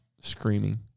screaming